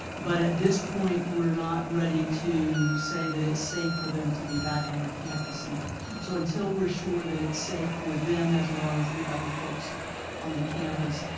but at this point we're not ready to say that it's safe for them to be back on our campus. and so until we're sure that it's safe for them as well as the other folks on the campus,